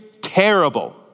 terrible